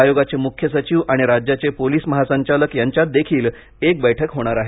आयोगाचे मुख्य सचिव आणि राज्याचे पोलिस महासंचालक यांच्यात देखील एक बैठक होणार आहे